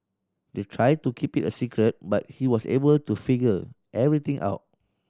they tried to keep it a secret but he was able to figure everything out